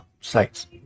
sites